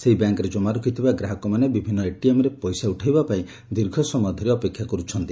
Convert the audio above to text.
ସେହି ବ୍ୟାଙ୍କ୍ରେ ଜମା ରଖିଥିବା ଗ୍ରାହକମାନେ ବିଭିନ୍ନ ଏଟିଏମ୍ରେ ପଇସା ଉଠାଇବା ପାଇଁ ଦୀର୍ଘ ସମୟ ଧରି ଅପେକ୍ଷା କରୁଛନ୍ତି